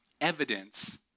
evidence